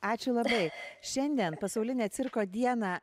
ačiū labai šiandien pasaulinę cirko dieną